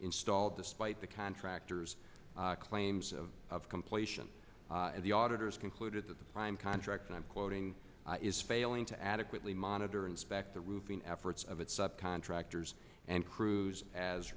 installed despite the contractors claims of of completion of the auditor's concluded that the prime contractor i'm quoting is failing to adequately monitor inspect the roofing efforts of its subcontractors and crews as